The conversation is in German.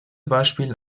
beispiel